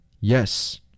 Yes